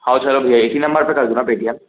हओ चलो भैया इसी नंबर पर कर दूँ ना पे टी अम